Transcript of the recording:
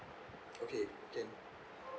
okay can